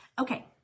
Okay